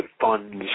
funds